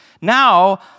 Now